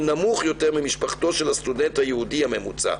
נמוך יותר ממשפחתו של הסטודנט היהודי הממוצע,